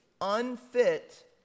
unfit